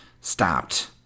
stopped